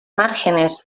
márgenes